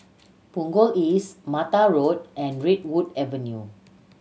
Punggol East Mata Road and Redwood Avenue